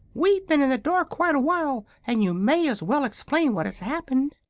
we've been in the dark quite a while, and you may as well explain what has happened.